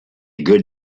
good